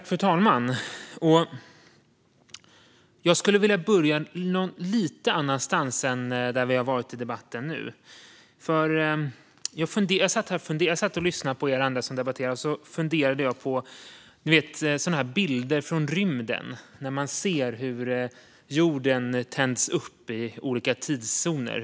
Fru talman! Jag skulle vilja börja någon annanstans än var vi nu har varit i debatten. Jag satt och lyssnade på er andra som debatterade, och så funderade jag på sådana där bilder från rymden, ni vet, där man ser hur jorden tänds upp i olika tidszoner.